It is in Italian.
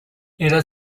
era